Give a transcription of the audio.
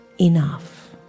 enough